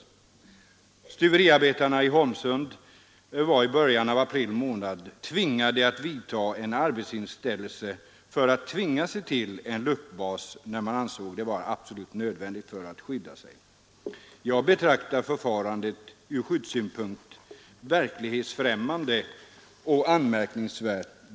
Stuveriarbetarna i Holmsund måste i början av april månad vidta en arbetsinställelse för att tvinga sig till en luckbas, när de ansåg det vara absolut nödvändigt för att skydda sig. Jag betraktar arbetarskyddsstyrelsens förfarande som ur skyddssynpunkt verklighetsfrämmande och anmärkningsvärt.